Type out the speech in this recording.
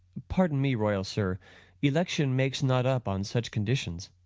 pardon me, royal sir election makes not up on such conditions.